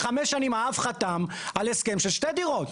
לפני 5 שנים, האב חתם, על הסכם של שתי דירות.